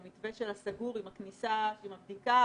במתווה של הסגור עם הכניסה לאחר בדיקה,